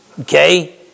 Okay